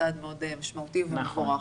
צעד מאוד משמעותי ומבורך.